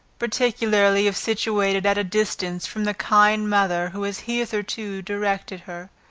particularly if situated at a distance from the kind mother who has hitherto directed her,